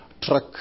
truck